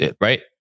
Right